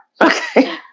Okay